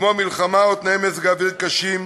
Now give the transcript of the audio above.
כמו מלחמה או תנאי מזג אוויר קשים,